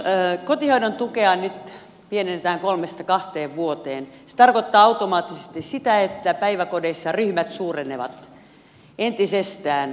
jos kotihoidon tukea nyt pienennetään kolmesta kahteen vuoteen se tarkoittaa automaattisesti sitä että päiväkodeissa ryhmät suurenevat entisestään